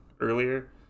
earlier